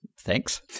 thanks